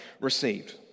received